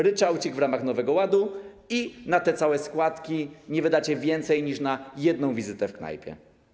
Ryczałcik w ramach nowego ładu i na te całe składki nie wydacie więcej niż na jedną wizytę w knajpie.